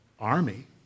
Army